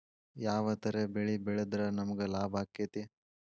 ಯಾವ ತರ ಬೆಳಿ ಬೆಳೆದ್ರ ನಮ್ಗ ಲಾಭ ಆಕ್ಕೆತಿ?